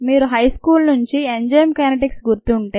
మీ high school నుంచి enzyme kinetics గుర్తుంటే